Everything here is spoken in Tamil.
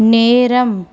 நேரம்